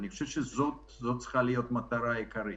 אני חושב שזאת צריכה להיות מטרה עיקרית.